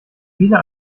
viele